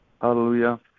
Hallelujah